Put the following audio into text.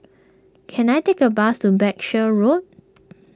can I take a bus to Berkshire Road